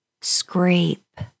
Scrape